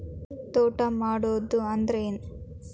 ತೋಟ ಮಾಡುದು ಅಂದ್ರ ಏನ್?